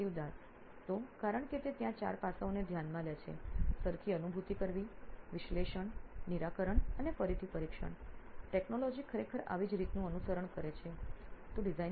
સુપ્રતિવ Das CTO નોઇન electronics તો કારણ કે તે ત્યાં ચાર પાસાઓને ધ્યાનમાં લે છે સરખી અનુભૂતિ કરવી વિશ્લેષણ નિરાકરણ અને ફરીથી પરીક્ષણ ટેકનોલોજી ખરેખર આવી જ રીતનું અનુસરણ કરે છે છે